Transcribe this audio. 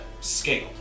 scale